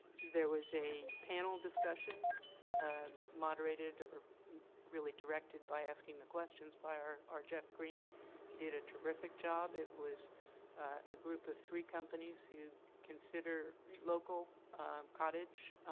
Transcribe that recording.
there was a panel discussion moderated, or really directed by asking the questions by our our geoff green and he did a terrific job. it was a group of three companies who consider local cottage